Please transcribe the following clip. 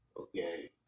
okay